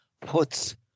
puts